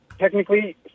Technically